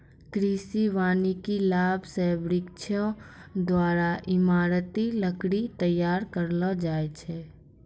कृषि वानिकी लाभ से वृक्षो द्वारा ईमारती लकड़ी तैयार करलो जाय छै